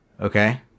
Okay